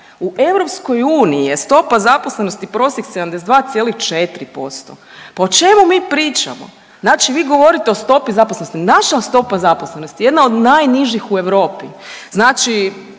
U EU je stopa zaposlenosti prosjek 72,4%. Pa o čemu mi pričamo? Znači vi govorite o stopi zaposlenosti. Naša stopa zaposlenosti je jedan od najnižih u Europi. Znači